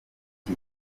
iki